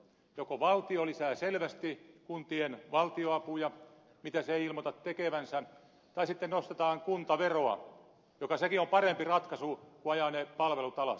joko valtio lisää selvästi kuntien valtionapuja mitä se ei ilmoita tekevänsä tai sitten nostetaan kuntaveroa mikä sekin on parempi ratkaisu kuin ajaa ne palvelut alas